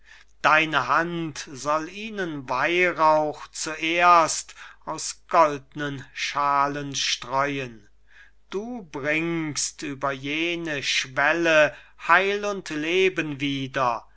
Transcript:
deine hand soll ihnen weihrauch zuerst aus goldnen schalen streuen du bringst über jene schwelle heil und leben wieder